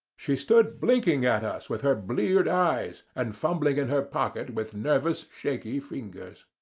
she stood blinking at us with her bleared eyes and fumbling in her pocket with nervous, shaky fingers.